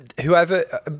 whoever